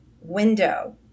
window